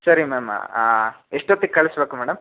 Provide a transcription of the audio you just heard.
ಸರಿ ಮ್ಯಾಮ್ ಎಷ್ಟೊತ್ತಿಗೆ ಕಳಿಸ್ಬೇಕು ಮೇಡಮ್